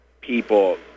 people